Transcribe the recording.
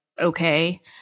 okay